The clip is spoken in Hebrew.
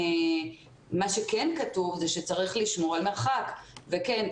מה שכן כתוב זה שצריך לשמור על מרחק וכן,